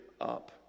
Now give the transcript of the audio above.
up